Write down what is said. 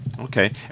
Okay